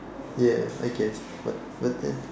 ya I guess but but then